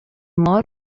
mor